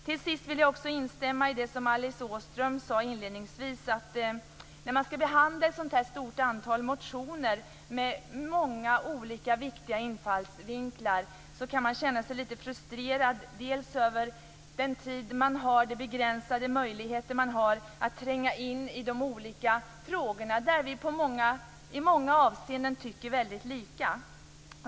Till sist vill jag också instämma i det som Alice Åström sade inledningsvis, att när vi skall behandla ett så stort antal motioner med många olika, viktiga infallsvinklar, kan vi känna oss lite frustrerade av den begränsade tid och de begränsade möjligheter vi har att tränga in i de olika frågorna, där vi i många avseenden tycker väldigt lika.